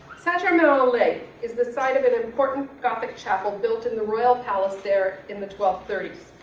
saint-germain-en-laye is the site of an important gothic chapel built in the royal palace there in the twelve thirty